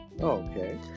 Okay